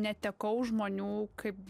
netekau žmonių kaip